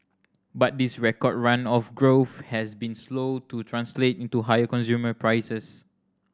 but this record run of growth has been slow to translate into higher consumer prices